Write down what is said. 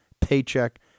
paycheck